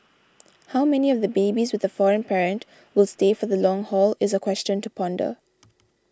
how many of the babies with a foreign parent will stay for the long haul is a question to ponder